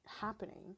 happening